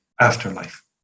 afterlife